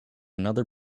another